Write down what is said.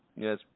yes